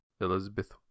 Elizabeth